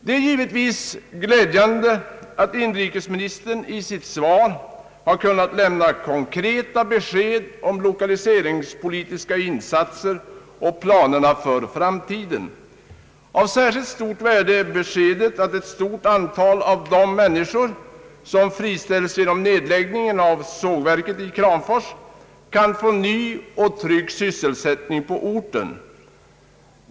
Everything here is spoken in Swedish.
Det är givetvis glädjande att inrikesministern i sitt svar har kunnat lämna konkreta besked om de lokaliseringspolitiska insatserna och planerna för framtiden. Av särskilt stort värde är beske det att ett stort antal av de människor som friställs genom nedläggningen av sågverket i Kramfors kan få en ny och trygg sysselsättning på orten.